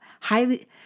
highly